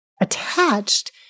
attached